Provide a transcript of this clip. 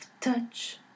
touch